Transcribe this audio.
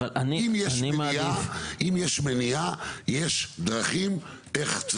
אם יש מניעה, אם יש מניעה, יש דרכים איך צריך.